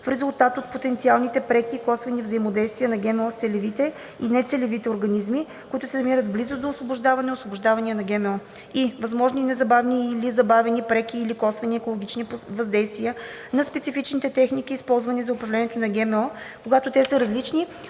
в резултат от потенциалните преки и косвени взаимодействия на ГМО с целевите и нецелевите организми, които се намират в близост до освобождаване/освобождавания на ГМО; и) възможни незабавни и/или забавени, преки или косвени екологични въздействия на специфичните техники, използвани за управлението на ГМО, когато те са различни